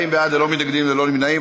40 בעד, ללא מתנגדים, ללא נמנעים.